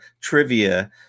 trivia